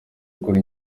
kuri